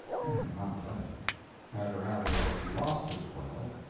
and had not done it had rather lost his wealth,